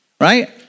right